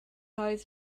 eyes